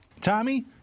Tommy